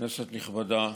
כנסת נכבדה,